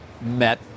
met